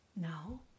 now